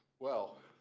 well,